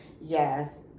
Yes